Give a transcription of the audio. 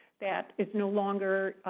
that is no longer